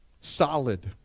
Solid